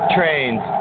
Trains